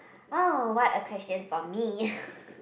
oh what a question for me